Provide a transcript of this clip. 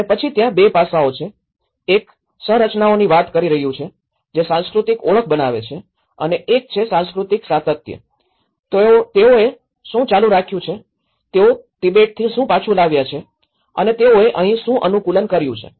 અને પછી ત્યાં ૨ પાસાઓ છે એક સંરચનાઓની વાત કરી રહ્યું છે જે સાંસ્કૃતિક ઓળખ બનાવે છે અને એક છે સાંસ્કૃતિક સાતત્ય તેઓએ શું ચાલુ રાખ્યું છે તેઓ તિબેટથી શું પાછું લાવ્યા છે અને તેઓએ અહીં શું અનુકૂલન કર્યું છે